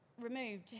removed